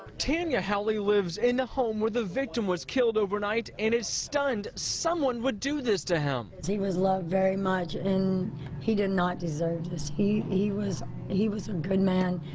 tanya haley lives in the home where the victim was killed overnight and is stunned someone would do this to him. he was loved very much. and he did not deserve this. he he was he was a good man.